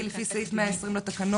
כי לפי סעיף 120 לתקנון,